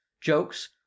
jokes